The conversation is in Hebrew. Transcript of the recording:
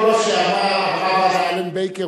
כל מה שאמר בא מאלן בייקר,